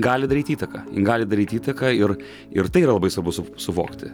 gali daryt įtaką gali daryt įtaką ir ir tai yra labai svarbu su suvokti